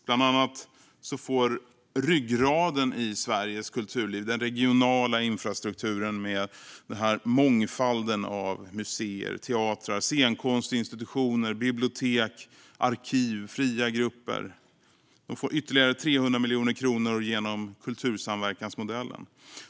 Bland annat får ryggraden i Sveriges kulturliv - den regionala infrastrukturen med dess mångfald av museer, teatrar, scenkonstinstitutioner, bibliotek, arkiv och fria grupper - ytterligare 300 miljoner kronor genom kultursamverkansmodellen.